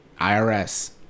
IRS